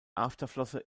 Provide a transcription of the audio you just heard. afterflosse